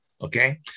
okay